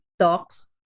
talks